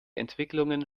entwicklungen